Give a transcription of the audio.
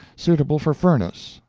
suitable for furnace,